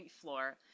floor